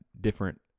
different